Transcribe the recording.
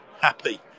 happy